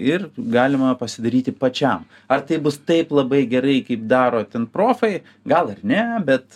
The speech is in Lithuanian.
ir galima pasidaryti pačiam ar tai bus taip labai gerai kaip daro ten profai gal ir ne bet